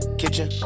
kitchen